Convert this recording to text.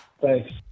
Thanks